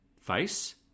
face